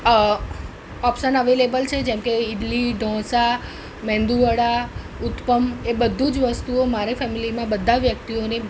option available છે જેમ કે ઈડલી ઢોસા મેંદુવડા ઉતપ્પમ એ બધું જ વસ્તુઓ મારે ફેમિલીમાં બધા વ્યક્તિઓને